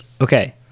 Okay